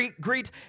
Greet